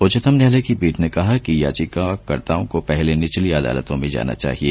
उच्चतम न्यायालय की पीठ ने कहा कि याचिकाकर्ताओं को पहले निचली अदालतों में जाना चाहिए